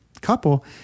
couple